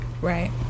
Right